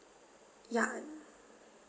ya